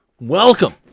welcome